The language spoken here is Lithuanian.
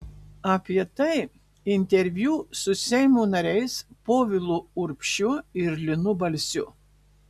apie tai interviu su seimo nariais povilu urbšiu ir linu balsiu